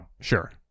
sure